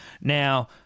Now